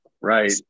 Right